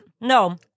No